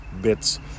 bits